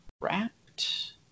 wrapped